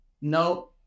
No